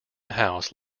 house